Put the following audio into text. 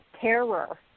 terror